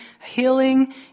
healing